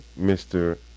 Mr